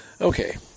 okay